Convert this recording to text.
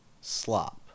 Slop